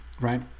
right